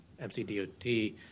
MCDOT